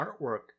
artwork